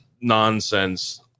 nonsense